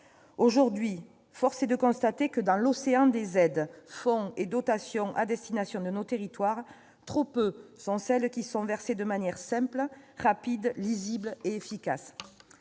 Aujourd'hui, force est de constater que dans l'océan des aides, fonds et dotations à destination de nos territoires, trop peu d'entre eux sont versés de manière simple, rapide, lisible et efficace.